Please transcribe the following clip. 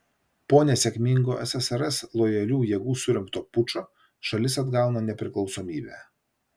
po nesėkmingo ssrs lojalių jėgų surengto pučo šalis atgauna nepriklausomybę